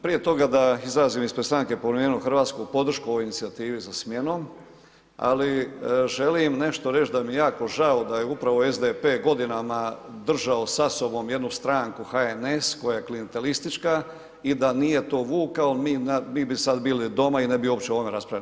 Prije toga da izrazim ispred stranke Promijenimo Hrvatske podršku ovoj inicijativi za smjenom, ali želim nešto reći da mi je jako žao da je upravo SDP godinama držao sa sobom jednu stranku HNS koja je klijentelistička i da nije to vukao mi bi sad bili doma i ne bi uopće o ovome raspravljali.